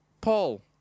Paul